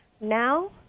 now